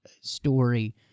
story